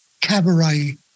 cabaret